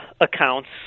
accounts